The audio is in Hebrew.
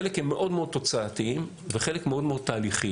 חלק הם מאוד מאוד תוצאתיים וחלק מאוד מאוד תהליכיים,